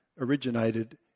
originated